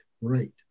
right